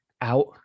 out